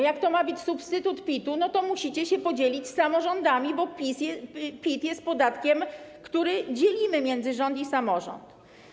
Jak to ma być substytut PIT-u, to musicie się podzielić z samorządami, bo PIT jest podatkiem, który dzielimy między rząd i samorząd.